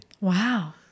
Wow